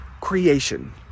creation